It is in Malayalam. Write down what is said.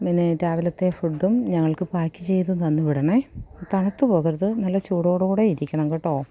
പിന്നേ രാവിലത്തെ ഫുഡും ഞങ്ങൾക്ക് പായ്ക്ക് ചെയ്ത് തന്ന് വിടണേ തണുത്ത് പോകരുത് നല്ല ചൂടോടുകൂടെ ഇരിക്കണം കേട്ടോ